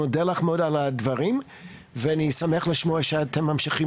אני מודה לך מאוד על הדברים ואני שמח לשמוע שאתם ממשיכים